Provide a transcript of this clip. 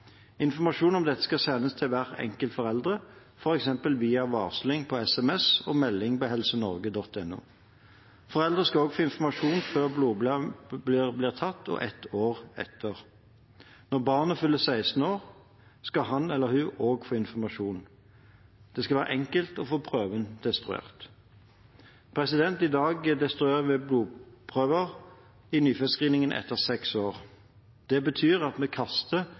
om dette skal sendes til hver enkelt forelder, f.eks. via varsling på sms og melding på helsenorge.no. Foreldre skal altså få informasjon før blodprøven blir tatt, og ett år etter. Når barnet fyller 16 år, skal han eller hun også få informasjon. Det skal være enkelt å få prøven destruert. I dag destruerer vi blodprøvene i nyfødtscreeningen etter seks år. Det betyr at vi kaster